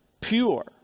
pure